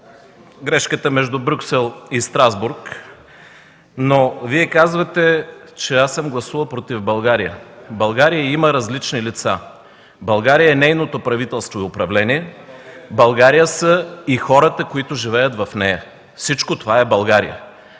грешката между Брюксел и Страсбург, но Вие казвате, че аз съм гласувал против България. България има различни лица – България и нейното правителство и управление, България са и хората, които живеят в нея. Всичко това е България.